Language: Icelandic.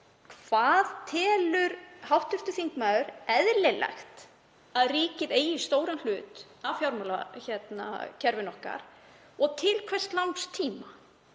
Hvað telur hv. þingmaður eðlilegt að ríkið eigi stóran hlut af fjármálakerfinu okkar og til hve langs tíma?